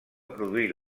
produir